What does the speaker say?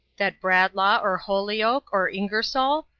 that bradlaugh, or holyoake, or ingersoll,